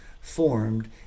formed